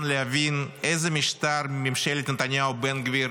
להבין איזה משטר ממשלת נתניהו בן גביר